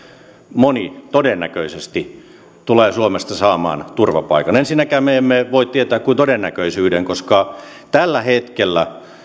moni todennäköisesti tulee suomesta saamaan turvapaikan ensinnäkään me emme voi tietää kuin todennäköisyyden koska tällä hetkellä